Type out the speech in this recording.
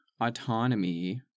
autonomy